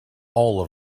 all